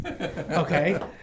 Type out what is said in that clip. Okay